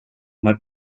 man